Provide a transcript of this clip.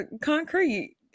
concrete